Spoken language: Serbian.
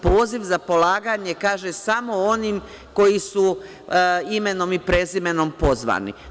Poziv za polaganje kaže samo onim koji su imenom i prezimenom pozvani.